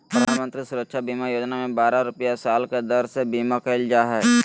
प्रधानमंत्री सुरक्षा बीमा योजना में बारह रुपया साल के दर से बीमा कईल जा हइ